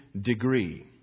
Degree